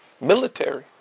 military